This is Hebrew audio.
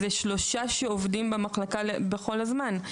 אלא שלושה שעובדים במחלקה כל הזמן.